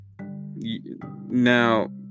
now